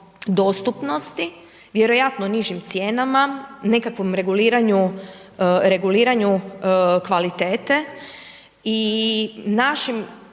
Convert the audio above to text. dostupnosti vjerojatno nižim cijenama, nekakvom reguliranju kvaliteta i našim